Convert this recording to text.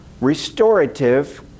restorative